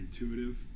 intuitive